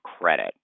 credit